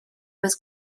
was